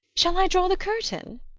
shall i draw the curtain?